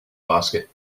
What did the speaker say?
basket